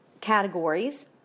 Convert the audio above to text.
categories